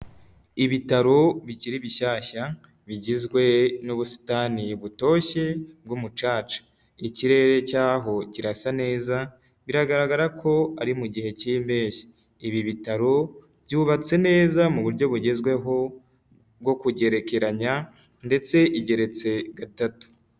Ibitaro bikiri bishyashya bigizwe n'ubusitani butoshye bw'umucaca. Ikirere cy'aho kirasa neza biragaragara ko ari mu gihe cy'impeshyi, ibi bitaro byubatse neza mu buryo bugezweho bwo kugerekeranya ndetse igeretse gatatu.